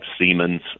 Siemens